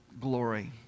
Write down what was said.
glory